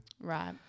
Right